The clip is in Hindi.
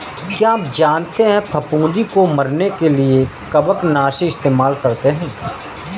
क्या आप जानते है फफूंदी को मरने के लिए कवकनाशी इस्तेमाल करते है?